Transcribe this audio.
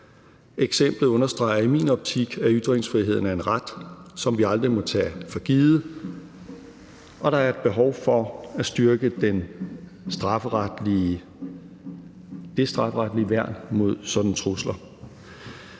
Eksemplet understreger i min optik, at ytringsfriheden er en ret, som vi aldrig må tage for givet, og at der er et behov for at styrke det strafferetlige værn mod sådanne trusler.